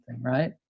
right